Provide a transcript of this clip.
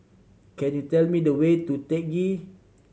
can you tell me the way to Teck Ghee